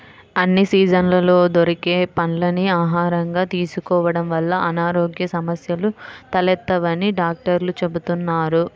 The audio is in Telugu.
అన్ని సీజన్లలో దొరికే పండ్లని ఆహారంగా తీసుకోడం వల్ల అనారోగ్య సమస్యలు తలెత్తవని డాక్టర్లు చెబుతున్నారు